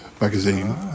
magazine